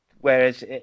whereas